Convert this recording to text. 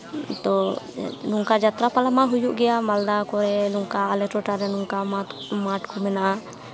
ᱟᱨ ᱱᱚᱝᱠᱟ ᱡᱟᱛᱨᱟ ᱯᱟᱞᱟ ᱢᱟ ᱦᱩᱭᱩᱜ ᱜᱮᱭᱟ ᱢᱟᱞᱫᱟ ᱠᱚᱨᱮ ᱱᱚᱝᱠᱟ ᱟᱞᱮ ᱴᱚᱴᱷᱟ ᱨᱮ ᱱᱚᱝᱠᱟ ᱢᱟᱴᱷ ᱢᱟᱴᱷ ᱠᱚ ᱢᱮᱱᱟᱜᱼᱟ